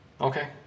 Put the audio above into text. okay